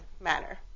manner